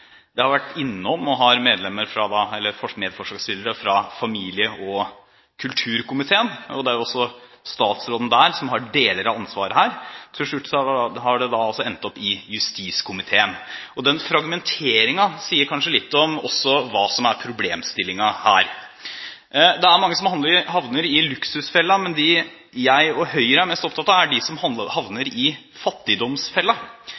forslaget har utgangspunkt i bl.a. arbeids- og sosialkomiteen. Det har vært innom og har medforslagsstillere fra familie- og kulturkomiteen. Det er også statsråden der som har deler av ansvaret her. Til slutt har det endt opp i justiskomiteen. Denne fragmenteringen sier kanskje også litt om hva som er problemstillingen her. Det er mange som havner i luksusfellen, men dem jeg og Høyre er mest opptatt av, er de som